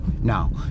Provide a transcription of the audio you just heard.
now